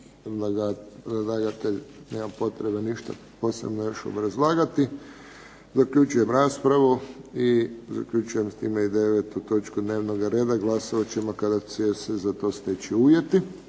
predlagatelj nema potrebe ništa posebno obrazlagati. Zaključujem raspravu. I zaključujem s time 9. točku dnevnog reda. Glasovat ćemo kada se za to steknu uvjeti.